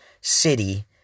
city